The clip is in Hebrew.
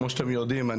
כמו שאתם יודעים,